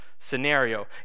Scenario